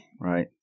right